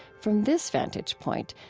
from this vantage point,